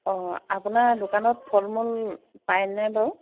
অ' আপোনাৰ দোকানত ফল মূল পাইনে বাৰু